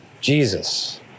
Jesus